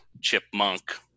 chipmunk